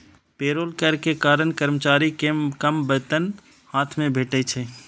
payroll कर के कारण कर्मचारी कें कम वेतन हाथ मे भेटै छै